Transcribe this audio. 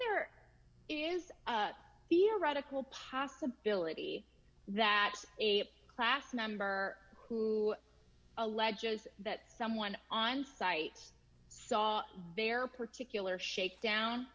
there is a theoretical possibility that a class member who alleges that someone on site saw their particular shakedown